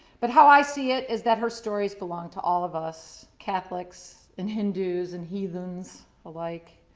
but how i see it is that her stories belong to all of us, catholics and hindus and heathens alike.